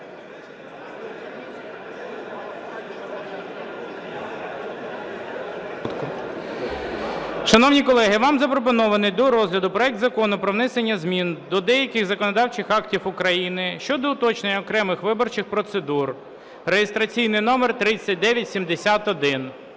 Шановні колеги, вам запропонований до розгляду проект Закону про внесення змін до деяких законодавчих актів України щодо уточнення окремих виборчих процедур (реєстраційний номер 3971).